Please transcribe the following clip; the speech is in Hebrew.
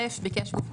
ביקש גוף תשתית,